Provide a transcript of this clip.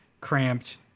cramped